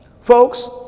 Folks